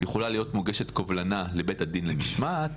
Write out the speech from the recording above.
יכולה להיות מוגשת קובלנה לבית הדין למשמעת